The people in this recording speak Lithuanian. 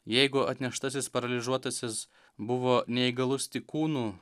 jeigu atneštasis paralyžiuotasis buvo neįgalus tik kūnu